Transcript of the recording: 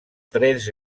tres